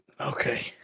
Okay